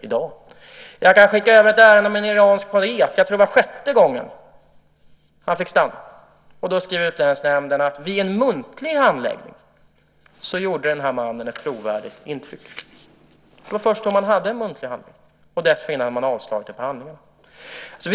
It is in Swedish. i dag. Jag kan skicka över ett ärende som gäller en iransk poet. Jag tror att han fick stanna efter att ha ansökt för sjätte gången. Då skrev Utlänningsnämnden att vid en muntlig handläggning gjorde den här mannen ett trovärdigt intryck. Det var först då man hade en muntlig handläggning. Dessförinnan hade man avslagit ansökan på andra grunder.